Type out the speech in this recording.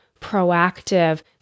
proactive